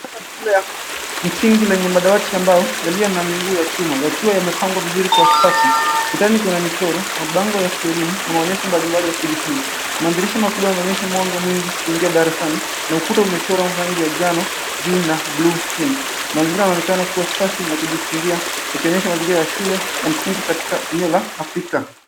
Inaonekana kama shule ya msingi yenye madawati ya mbao yaliyo na miguu ya chuma yakiwa yamepangwa vizuri katikati. Ukutani kuna michoro, mabango ya kilimo na maonyesho mbalimbali ya kujifunza. Madirisha makubwa yanaonyesha mwanga mwingi kuingia darasani na ukuta umechorwa rangi ya njano juu na buluu chini. Mazingira yanaonekana kuwa safi na kujifunzia yakionyesha mazingira ya shule ya msingi katika eneo la Afrika.